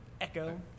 Echo